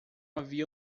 havia